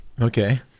Okay